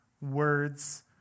words